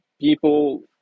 people